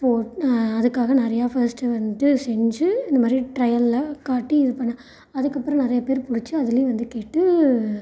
போ அதுக்காக நிறையா ஃபஸ்ட்டு வந்துட்டு செஞ்சு இந்த மாதிரி ட்ரையெல்லாம் காட்டி இது பண்ணிணேன் அதுக்கப்புறம் நிறையா பேர் பிடிச்சு அதுலையும் வந்து கேட்டு